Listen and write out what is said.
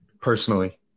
Personally